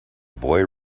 boy